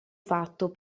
fatto